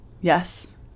Yes